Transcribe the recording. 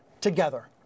together